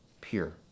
pure